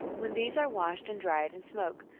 when these are washed and dried and smoked,